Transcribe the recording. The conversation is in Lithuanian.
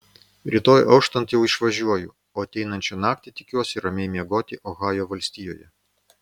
rytoj auštant jau išvažiuoju o ateinančią naktį tikiuosi ramiai miegoti ohajo valstijoje